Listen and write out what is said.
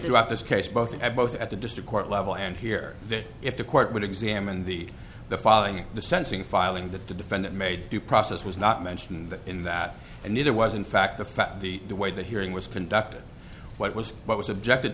throughout this case both ed both at the district court level and here that if the court would examine the the filing of the sensing filing that the defendant made due process was not mentioned in that and neither was in fact the fact the way the hearing was conducted what was what was objected